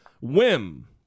whim